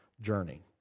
journey